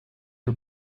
are